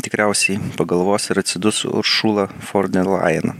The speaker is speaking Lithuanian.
tikriausiai pagalvos ir atsidus uršula for denlajan